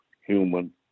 human